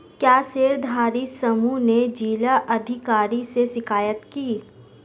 क्या शेयरधारी समूह ने जिला अधिकारी से शिकायत की?